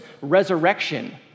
resurrection